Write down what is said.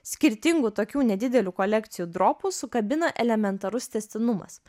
skirtingų tokių nedidelių kolekcijų dropų sukabina elementarus tęstinumas